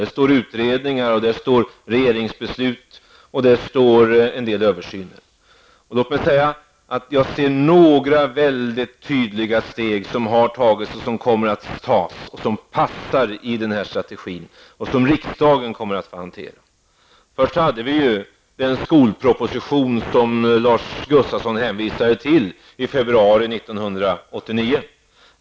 Där står också utredningar, regeringsbeslut och en del översynsarbete. Låt mig bara säga att jag ser några väldigt tydliga steg som har tagits och ytterligare steg som kommer att tas, som passar in i strategin och som riksdagen kommer att få hantera. Först hade vi den skolproposition från februari 1989 som Lars Gustafsson hänvisade till.